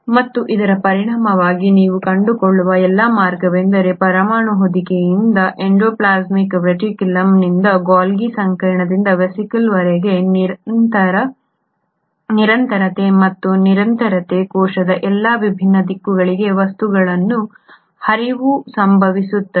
ಮತ್ತು ಇದರ ಪರಿಣಾಮವಾಗಿ ನೀವು ಕಂಡುಕೊಳ್ಳುವ ಎಲ್ಲಾ ಮಾರ್ಗವೆಂದರೆ ಪರಮಾಣು ಹೊದಿಕೆಯಿಂದ ಎಂಡೋಪ್ಲಾಸ್ಮಿಕ್ ರೆಟಿಕ್ಯುಲಮ್ನಿಂದ ಗಾಲ್ಗಿ ಸಂಕೀರ್ಣದಿಂದ ವೇಸಿಕಲ್ವರೆಗೆ ನಿರಂತರತೆ ಮತ್ತು ನಿರಂತರತೆ ಮತ್ತು ಕೋಶದ ಎಲ್ಲಾ ವಿಭಿನ್ನ ದಿಕ್ಕುಗಳಿಗೆ ವಸ್ತುಗಳ ಹರಿವು ಸಂಭವಿಸುತ್ತದೆ